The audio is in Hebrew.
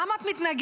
למה את מתנגדת?